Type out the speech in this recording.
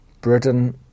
Britain